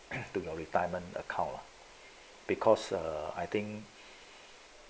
to your retirement account lah because err I think